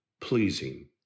pleasing